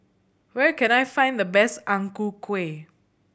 where can I find the best Ang Ku Kueh